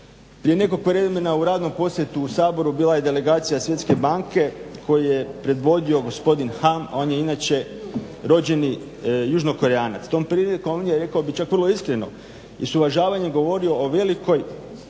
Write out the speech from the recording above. Prije nekog vremena u radnom posjetu Saboru bila je delegacija Svjetske banke koju je predvodio gospodin Ham, on je inače rođeni južnokorejanac. Tom prilikom on je rekao bi čak vrlo iskreno i s uvažavanjem govorio o velikoj